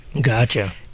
gotcha